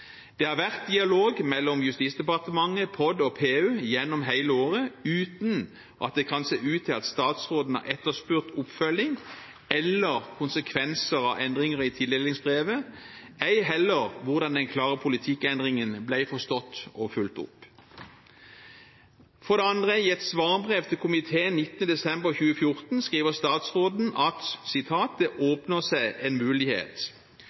Det har vært dialog mellom Justisdepartementet, POD og PU gjennom hele året uten at det kan se ut til at statsråden har etterspurt oppfølging eller konsekvenser av endringer i tildelingsbrevet, ei heller hvordan den klare politikkendringen ble forstått og fulgt opp. For det andre: I et svarbrev til komitéen 19. desember 2014 skriver statsråden at « det åpnet seg returmulighet ». Det var en